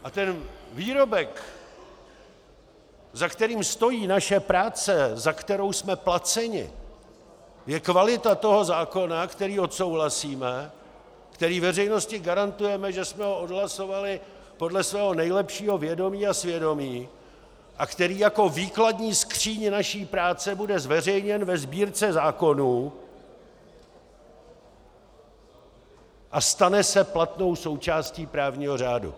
A ten výrobek, za kterým stojí naše práce, za kterou jsme placeni, je kvalita toho zákona, který odsouhlasíme, který veřejnosti garantujeme, že jsme ho odhlasovali podle svého nejlepšího vědomí a svědomí, a který jako výkladní skříň naší práce bude zveřejněn ve Sbírce zákonů a stane se platnou součástí právního řádu.